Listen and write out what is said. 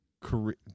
career